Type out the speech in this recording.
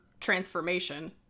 transformation